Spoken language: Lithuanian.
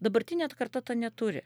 dabartinė ta karta to neturi